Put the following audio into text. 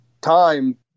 time